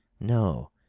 no,